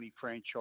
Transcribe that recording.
franchise